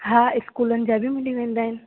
हा इस्कूलनि जा बि मिली वेंदा आहिनि